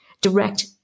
direct